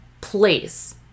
place